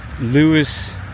Lewis